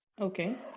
Okay